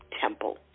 temple